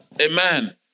Amen